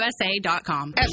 USA.com